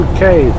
Okay